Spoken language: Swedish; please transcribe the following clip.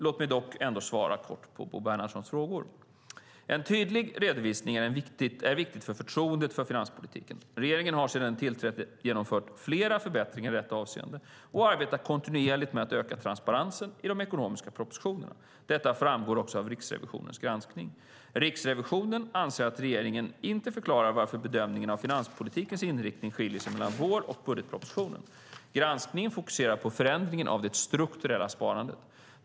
Låt mig dock ändå svara kort på Bo Bernhardssons frågor. En tydlig redovisning är viktig för förtroendet för finanspolitiken. Regeringen har sedan tillträdet genomfört flera förbättringar i detta avseende och arbetar kontinuerligt med att öka transparensen i de ekonomiska propositionerna. Detta framgår också av Riksrevisionens granskning. Riksrevisionen anser att regeringen inte förklarar varför bedömningen av finanspolitikens inriktning skiljer sig mellan vår och budgetpropositionen. Granskningen fokuserar på förändringen av det strukturella sparandet.